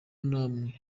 namwe